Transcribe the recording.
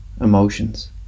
emotions